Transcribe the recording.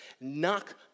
Knock